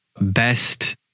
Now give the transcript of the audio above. best